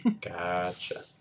Gotcha